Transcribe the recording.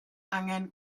angen